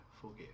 forgive